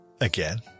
again